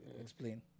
explain